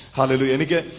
Hallelujah